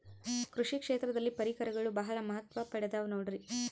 ಕೃಷಿ ಕ್ಷೇತ್ರದಲ್ಲಿ ಪರಿಕರಗಳು ಬಹಳ ಮಹತ್ವ ಪಡೆದ ನೋಡ್ರಿ?